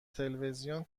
تلویزیون